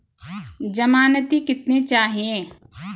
ज़मानती कितने चाहिये?